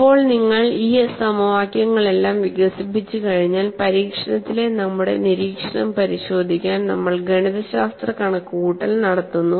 ഇപ്പോൾ നിങ്ങൾ ഈ സമവാക്യങ്ങളെല്ലാം വികസിപ്പിച്ചുകഴിഞ്ഞാൽ പരീക്ഷണത്തിലെ നമ്മുടെ നിരീക്ഷണം പരിശോധിക്കാൻ നമ്മൾ ഗണിതശാസ്ത്ര കണക്കുകൂട്ടൽ നടത്തുന്നു